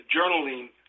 journaling